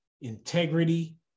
integrity